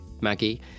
Maggie